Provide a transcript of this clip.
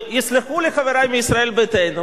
יסלחו לי חברי מישראל ביתנו,